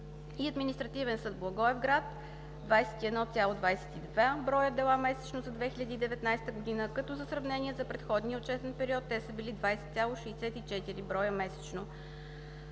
и Административен съд – Благоевград: 21,22 дела месечно за 2019 г., като за сравнение – за предходния отчетен период те са били 20,64 дела месечно.